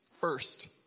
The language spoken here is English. first